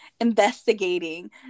Investigating